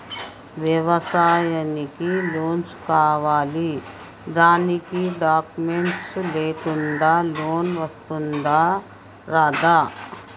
వ్యవసాయానికి లోన్స్ కావాలి దానికి డాక్యుమెంట్స్ లేకుండా లోన్ వస్తుందా రాదా?